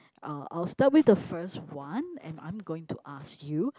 uh I'll start with the first one and I'm going to ask you